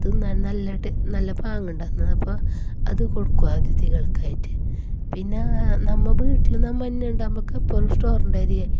തിന്നാനും നല്ല നല്ല പാങ്ങുണ്ട് അപ്പോൾ അത് കൊടുക്കും അതിഥികള്ക്കായിട്ട് പിന്നെ നമ്മൾ വീട്ടിൽ നമ്മൾ തന്നെ ഉണ്ട് നമ്മൾക്ക് സ്റ്റോറിൻ്റെ അരി